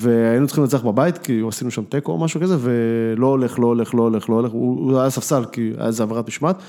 ‫והיינו צריכים לנצח בבית ‫כי עשינו שם תיקו או משהו כזה, ‫ולא הולך, לא הולך, לא הולך. ‫הוא היה על הספסל כי הייתה איזה עברת משמעת.